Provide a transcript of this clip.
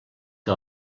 que